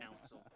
council